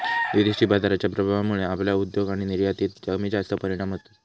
विदेशी बाजाराच्या प्रभावामुळे आपल्या उद्योग आणि निर्यातीत कमीजास्त परिणाम होतत